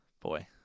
Boy